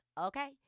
okay